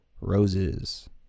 Roses